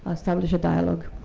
establish a dialogue.